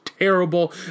terrible